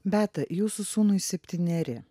beata jūsų sūnui septyneri